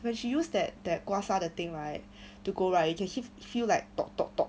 when she use that that 刮痧 the thing right to go right you can feel like